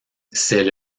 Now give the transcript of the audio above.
c’est